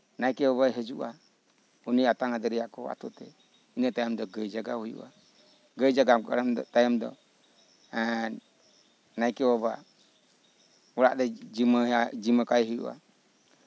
ᱱᱟᱭᱠᱮ ᱵᱟᱵᱟᱭ ᱦᱤᱡᱩᱜᱼᱟ ᱩᱱᱤ ᱟᱛᱟᱝ ᱟᱫᱮᱨ ᱮᱭᱟ ᱠᱚ ᱟᱹᱛᱩ ᱛᱮ ᱤᱱᱟᱹ ᱛᱟᱭᱚᱢ ᱫᱚ ᱜᱟᱹᱭ ᱡᱟᱜᱟᱣ ᱦᱩᱭᱩᱜᱼᱟ ᱜᱟᱹᱭ ᱡᱟᱜᱟᱣ ᱛᱟᱭᱚᱢ ᱫᱚ ᱱᱟᱭᱠᱮ ᱵᱟᱵᱟ ᱚᱲᱟᱜ ᱨᱮ ᱡᱤᱢᱢᱟᱹ ᱠᱟᱭ ᱦᱩᱭᱩᱜᱼᱟ